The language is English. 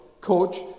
coach